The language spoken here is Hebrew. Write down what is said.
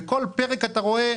ובכל פרק אתה רואה,